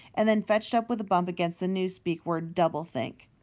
and then fetched up with a bump against the newspeak word doublethink.